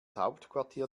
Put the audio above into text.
hauptquartier